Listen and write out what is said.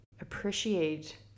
appreciate